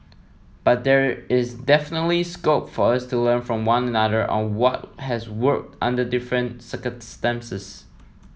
but there is definitely scope for us to learn from one another on what has worked under different circumstances